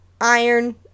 iron